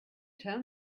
tell